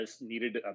needed